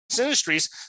industries